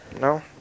No